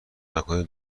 نکنی